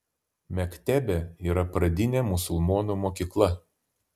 mektebė yra pradinė musulmonų mokykla